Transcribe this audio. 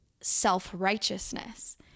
self-righteousness